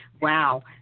Wow